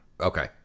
Okay